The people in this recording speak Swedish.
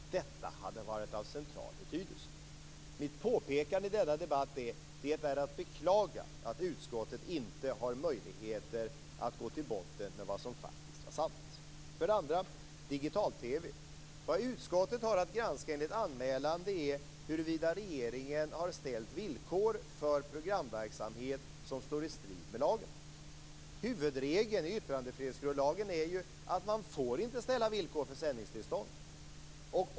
Mitt påpekande i denna debatt är att det är att beklaga att utskottet inte har möjligheter att gå till botten med vad som faktiskt var sant. För det andra digital-TV: Det utskottet har att granska enligt anmälan är huruvida regeringen har ställt villkor för programverksamhet som står i strid med lagen. Huvudregeln i yttrandefrihetsgrundlagen är att man inte får ställa villkor för sändningstillstånd.